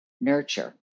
nurture